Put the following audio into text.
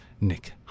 Nick